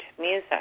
music